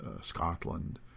Scotland